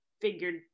figured